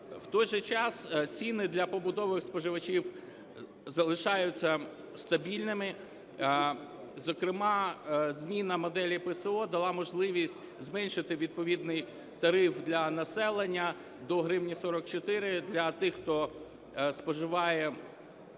У той же час, ціни для побутових споживачів залишаються стабільними, зокрема зміна моделі PSO дала можливість зменшити відповідний тариф для населення до 1 гривні 44 для тих, хто споживає